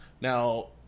Now